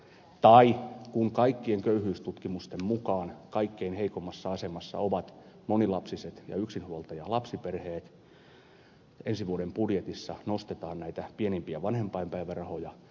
tai kun kaikkien köyhyystutkimusten mukaan kaikkein heikoimmassa asemassa ovat monilapsiset ja yksinhuoltajalapsiperheet niin ensi vuoden budjetissa nostetaan näitä pienimpiä vanhempainpäivärahoja